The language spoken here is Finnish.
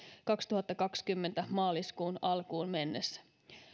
kaksituhattakaksikymmentä maaliskuun alkuun mennessä